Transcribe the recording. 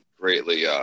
greatly